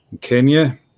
Kenya